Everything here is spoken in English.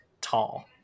tall